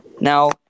Now